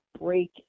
break